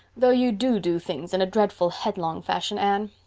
though you do do things in a dreadful headlong fashion, anne.